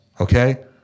Okay